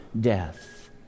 death